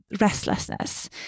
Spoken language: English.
restlessness